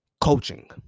coaching